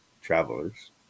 travelers